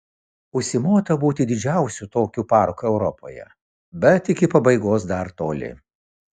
užsimota būti didžiausiu tokiu parku europoje bet iki pabaigos dar toli